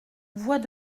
voix